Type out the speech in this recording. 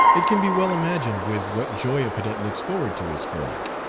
it can be well imagined with what joy a cadet looks forward to his furlough.